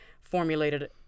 formulated